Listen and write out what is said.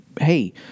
hey